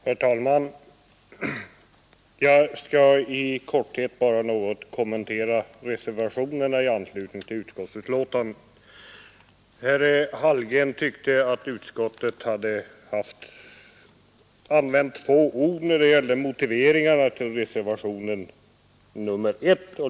Herr talman! Jag skall i korthet bara något kommentera reservationerna i anslutning till utskottsbetänkandet. Herr Hallgren sade att utskottet har använt två ord när det gällde motiveringarna till reservationen 1.